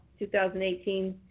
2018